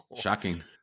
Shocking